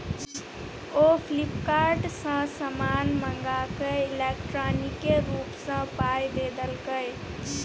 ओ फ्लिपकार्ट सँ समान मंगाकए इलेक्ट्रॉनिके रूप सँ पाय द देलकै